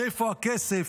מאיפה הכסף.